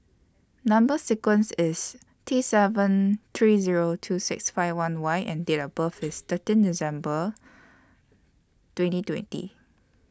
Number sequence IS T seven three Zero two six five one Y and Date of birth IS thirteen December twenty twenty